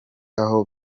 aho